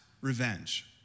revenge